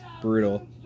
brutal